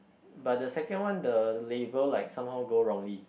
but the second one the label like somehow go wrongly